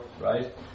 right